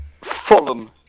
Fulham